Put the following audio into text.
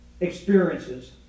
experiences